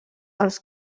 els